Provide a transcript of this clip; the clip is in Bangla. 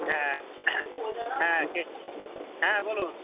হ্যাঁ হ্যাঁ কে হ্যাঁ বলুন